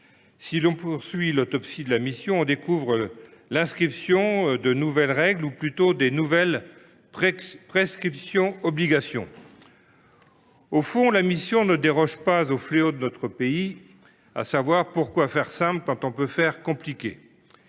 Si l’on poursuit l’autopsie de la mission, l’on découvre l’inscription de nouvelles règles, ou plutôt de nouvelles « prescriptions obligations ». Au fond, la mission ne déroge pas au fléau de notre pays, à savoir « pourquoi faire simple quand on peut faire compliqué